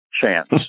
chance